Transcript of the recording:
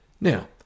Now